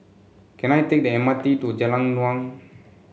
can I take the M R T to Jalan Naung